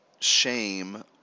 shame